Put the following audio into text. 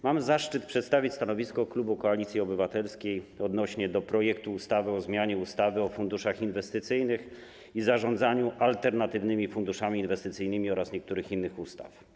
Mam zaszczyt przedstawić stanowisko klubu Koalicji Obywatelskiej odnośnie do projektu ustawy o zmianie ustawy o funduszach inwestycyjnych i zarządzaniu alternatywnymi funduszami inwestycyjnymi oraz niektórych innych ustaw.